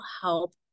help